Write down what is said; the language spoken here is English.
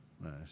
Nice